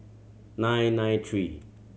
nine nine three